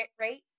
rate